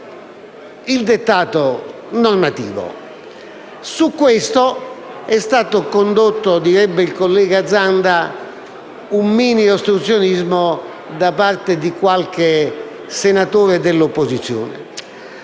il dettato normativo. Su questo è stato condotto, direbbe il collega Zanda, un mini ostruzionismo da parte di qualche senatore dell'opposizione.